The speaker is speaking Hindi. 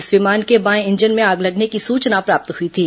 इस विमान के बाएं इंजन में आग लगने की सूचना प्राप्त हुई थी